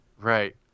Right